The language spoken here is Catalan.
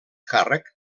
càrrec